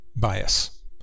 bias